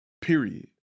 Period